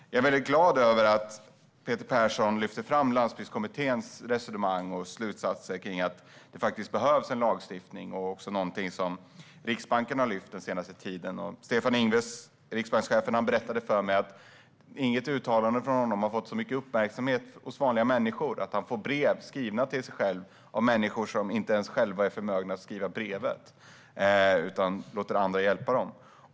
Jag är glad över att Peter Persson lyfter fram Landsbygdskommitténs resonemang och slutsatser om att det faktiskt behövs en lagstiftning. Det är också något som Riksbanken har fört fram den senaste tiden. Stefan Ingves, riksbankschefen, berättade för mig att inget annat uttalande från honom har fått så mycket uppmärksamhet hos vanliga människor. Han får brev om detta som är skrivna av människor som själva inte ens är förmögna att skriva brevet utan låter andra hjälpa dem.